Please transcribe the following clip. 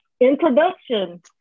introduction